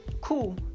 cool